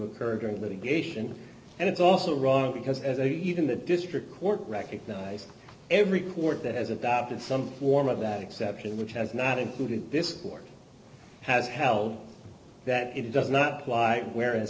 occur during litigation and it's also wrong because as even the district court recognized every court that has adopted some form of that exception which has not included this war has held that it does not apply where